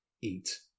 eat